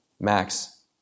Max